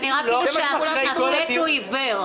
זה נראה כאילו הפלאט הוא עיוור.